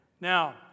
Now